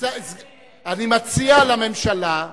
אני מציע לממשלה,